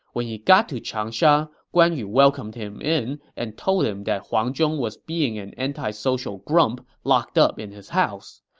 when he got to changsha, guan yu welcomed him and told him that huang zhong was being an anti-social grump locked up in his house.